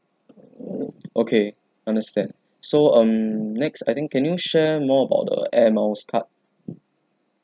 okay understand so um next I think can you share more about the air miles card